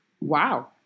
Wow